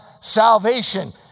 salvation